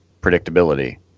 predictability